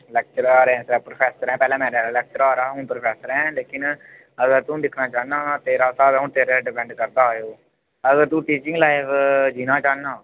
lecturer ऐं इसलै professor ऐं पैह्ले मैं लेक्चरार हा हून प्रोफेसर आं लेकिन अगर तूं दिक्खना चाह्ना तेरा स्हाब ऐ हून तेरे पर डिपेंड करदा अगर तू टीचिंग लाइफ जीना चाह्नां